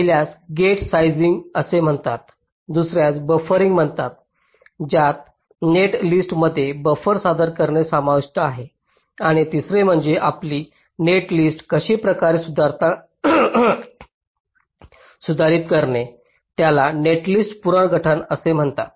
पहिल्यास gate sizing असे म्हणतात दुसर्यास बफरिंग म्हणतात ज्यात नेट लिस्टमध्ये बफर सादर करणे समाविष्ट आहे आणि तिसरे म्हणजे आपली नेट लिस्ट काही प्रकारे सुधारित करणे याला नेटलिस्ट पुनर्गठन असे म्हणतात